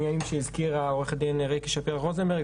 שהזכירה עורכת הדין ריקי שפירא רוזנברג,